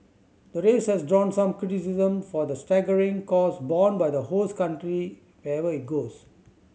the race has drawn some criticism for the staggering costs borne by the host country wherever it goes